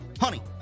honey